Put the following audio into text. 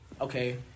okay